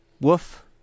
Woof